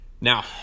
Now